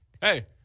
hey